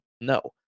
No